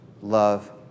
Love